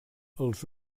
els